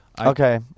Okay